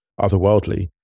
otherworldly